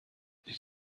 did